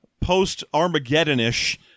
post-Armageddon-ish